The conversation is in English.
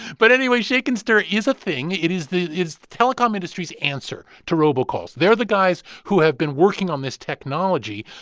but anyway, shaken stir is a thing. it is the telecom industry's answer to robocalls. they're the guys who have been working on this technology.